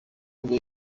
ngo